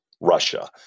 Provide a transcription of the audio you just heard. Russia